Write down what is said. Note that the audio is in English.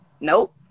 Nope